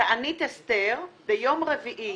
תענית אסתר ביום רביעי,